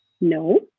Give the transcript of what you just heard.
no